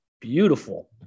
Beautiful